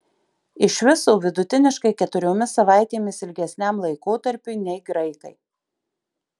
iš viso vidutiniškai keturiomis savaitėmis ilgesniam laikotarpiui nei graikai